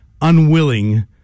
unwilling